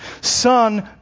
Son